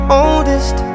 oldest